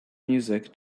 music